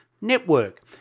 network